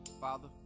Father